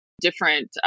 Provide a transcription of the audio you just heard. different